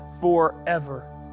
forever